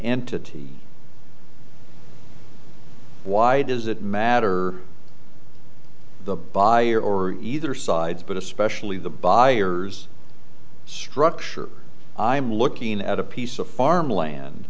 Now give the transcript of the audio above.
entity why does it matter the buyer or either side but especially the buyers structure i'm looking at a piece of farmland